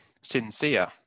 sincere